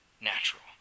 natural